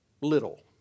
little